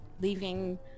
leaving